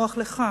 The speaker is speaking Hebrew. נוח לך,